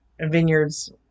vineyard's